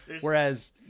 whereas